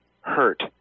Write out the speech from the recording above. hurt